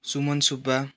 Suman Subba